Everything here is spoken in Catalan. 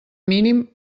mínim